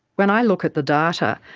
when i look at the data,